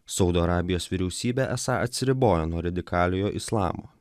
saudo arabijos vyriausybė esą atsiribojo nuo radikaliojo islamo